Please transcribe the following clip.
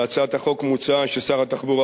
בהצעת החוק מוצע ששר התחבורה,